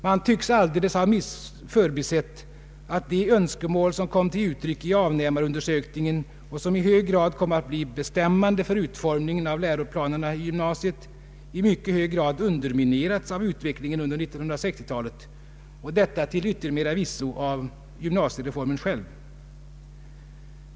Man tycks alldeles ha förbisett att de önskemål som kom till uttryck i avnämarundersökningen och som i hög grad kom att bli bestämmande för utformningen av läroplanen i gymnasiet i mycket hög grad underminerats av utvecklingen under 1960-talet och detta till yttermera visso genom gymnasiereformen själv.